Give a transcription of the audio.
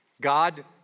God